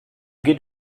geht